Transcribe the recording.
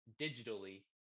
digitally